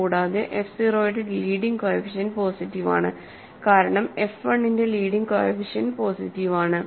കൂടാതെ f 0 യുടെ leading coefficient positive ആണ് കാരണം f 1 ന്റെ ലീഡിങ് കോഎഫിഷ്യന്റ് പോസിറ്റീവ് ആണ്